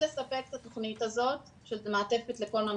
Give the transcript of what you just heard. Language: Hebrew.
לספק את התוכנית הזאת של מעטפת לכל ממתין,